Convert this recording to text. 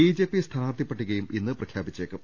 BJP സ്ഥാനാർഥി പട്ടികയും ഇന്ന് പ്രഖ്യാപിച്ചേക്കും